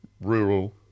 rural